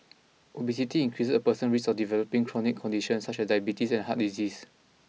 obesity increases a person's risk of developing chronic conditions such as diabetes and heart disease